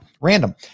random